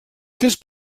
temps